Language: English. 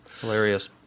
Hilarious